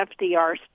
FDR